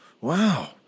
Wow